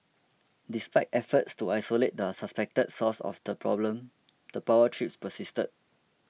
despite efforts to isolate the suspected source of the problem the power trips persisted